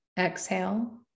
Exhale